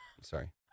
Sorry